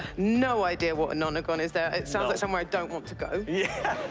no idea what a nonagon is there. it sounds like somewhere i don't want to go. yeah!